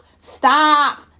Stop